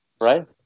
right